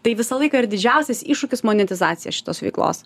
tai visą laiką ir didžiausias iššūkis monitizacija šitos veiklos